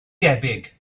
debyg